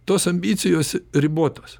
tos ambicijos ribotos